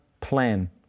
plan